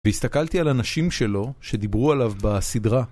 והסתכלתי על הנשים שלו שדיברו עליו בסדרה.